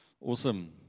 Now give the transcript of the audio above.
Awesome